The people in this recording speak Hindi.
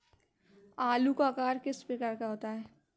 आलू का आकार किस प्रकार का होता है?